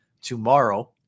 tomorrow